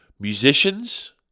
Musicians